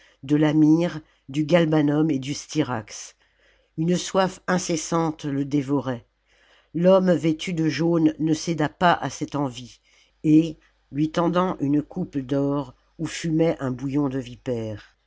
de la myrrhe du galbanum et du styrax une soif incessante le dévorait l'homme vêtu de jaune ne céda pas à cette envie et lui tendant une coupe d'or où fumait un bouillon de vipère